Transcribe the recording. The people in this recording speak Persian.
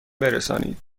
برسانید